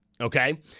Okay